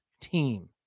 team